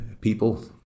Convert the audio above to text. people